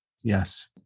Yes